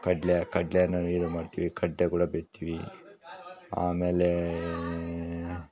ಕಡಲೆ ಕಡಲೆ ನಾವಿದು ಮಾಡ್ತೀವಿ ಕಡ್ಲೆ ಕೂಡ ಬಿತ್ತತೀವಿ ಆಮೇಲೆ